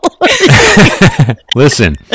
Listen